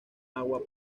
agua